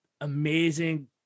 amazing